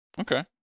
Okay